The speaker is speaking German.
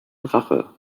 drache